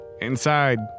Inside